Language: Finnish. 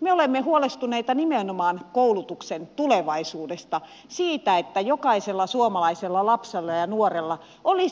me olemme huolestuneita nimenomaan koulutuksen tulevaisuudesta siitä onko jokaisella suomalaisella lapsella ja nuorella